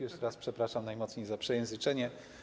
Jeszcze raz przepraszam najmocniej za przejęzyczenie.